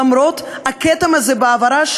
למרות הכתם הזה בעברה,